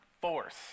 force